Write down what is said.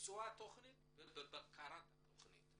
בביצוע התכנית ובבקרה על התכנית.